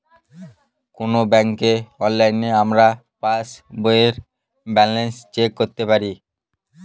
কোনো ব্যাঙ্কে অনলাইনে আমরা পাস বইয়ের ব্যালান্স চেক করতে পারি